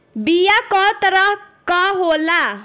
बीया कव तरह क होला?